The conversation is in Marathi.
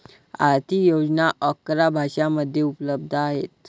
आर्थिक योजना अकरा भाषांमध्ये उपलब्ध आहेत